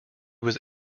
was